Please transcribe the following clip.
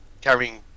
carrying